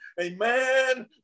amen